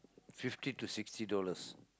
fifty to sixty dollars